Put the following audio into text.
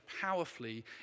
powerfully